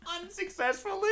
Unsuccessfully